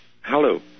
Hello